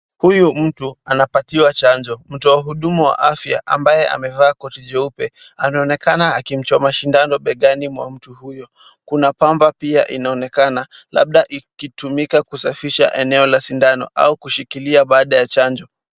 Huyu mtu anapatiwa chanjo mtu wa hudumu wa afya ambaye amevaa koti jeupe anaonekana akimchoma sindano begani mwa mtu huyo kuna pamba pia inaonekana labda ikitumika kusafisha eneo la sindano au kushikilia baada ya chanjo.